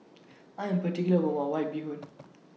I Am particular about My White Bee Hoon